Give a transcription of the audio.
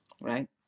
right